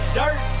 dirt